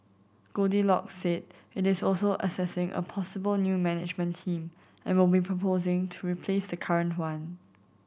goldilocks said it is also assessing a possible new management team and will be proposing to replace the current one